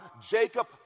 Jacob